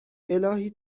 الهی